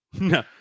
No